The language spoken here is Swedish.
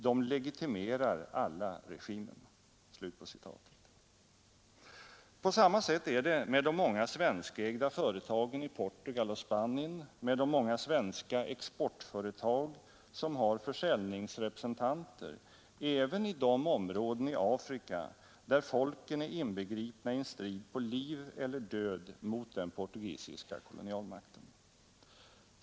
De legitimerar alla regimen.” På samma sätt är det med de många svenskägda företagen i Portugal och Spanien, med de många svenska exportföretag som har försäljningsrepresentanter även i de områden i Afrika där folken är inbegripna i en strid på liv och död mot den portugisiska kolonialmakten.